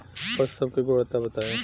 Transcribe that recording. पशु सब के गुणवत्ता बताई?